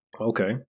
okay